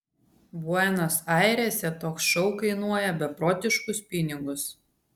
buenos airėse toks šou kainuoja beprotiškus pinigus